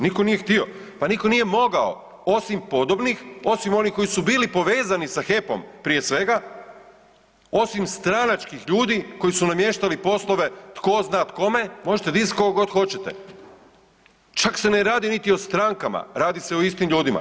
Nitko nije htio, pa nitko nije mogao osim podobnih, osim onih koji su bili povezani sa HEP-om prije svega, osim stranačkih ljudi koji su namještali poslove tko zna kome, možete …/nerazumljivo/… koliko god hoćete, čak se ne radi niti o strankama radi se o istim ljudima.